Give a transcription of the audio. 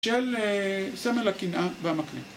של סמל הקנאה והמקנה.